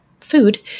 food